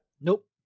Nope